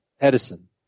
Edison